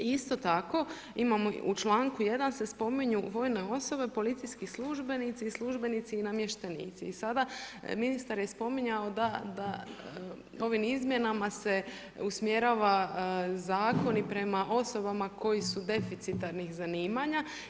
Isto tako u članku 1. se spominju vojne osobe, policijski službenici i službenici i namještenici i sada ministar je spominjao da ovim izmjenama se usmjerava zakon i prema osobama koje su deficitarnih zanimanja.